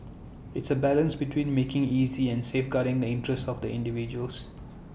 it's A balance between making easy and safeguarding the interests of the individuals